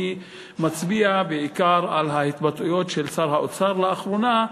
אני מצביע בעיקר על ההתבטאויות של שר האוצר לאחרונה,